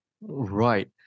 Right